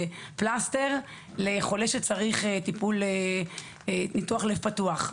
זה פלסטר לחולה שצריך ניתוח לב פתוח.